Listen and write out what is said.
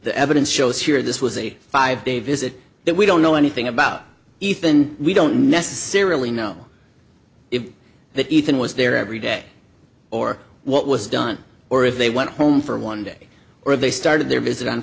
the evidence shows here this was a five day visit that we don't know anything about ethan we don't necessarily know if that ethan was there every day or what was done or if they went home for one day or if they started their visit on